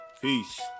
Peace